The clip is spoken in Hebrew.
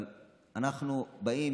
אבל אנחנו באים,